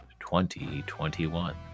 2021